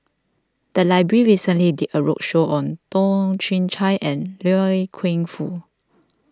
the library recently did a roadshow on Toh Chin Chye and Loy Keng Foo